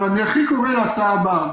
אבל אני הכי קורא להצעה הבאה: